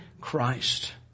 Christ